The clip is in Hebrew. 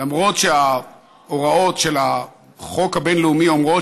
למרות שההוראות של החוק הבין-לאומי אומרות